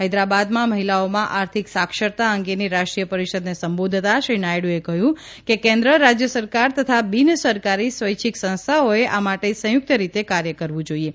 હૈદરાબાદમાં મહિલાઓમાં આર્થિક સાક્ષરતા અંગેની રાષ્ટ્રીય પરિષદને સંબોધતાં શ્રી નાયડ઼એ કહ્યું કે કેન્દ્ર રાજય સરકાર તથા બિનસરકારી સ્વૈચ્છિક સંસ્થાઓએ આ માટે સંયુક્ત રીતે કાર્ય કરવું જોઇએ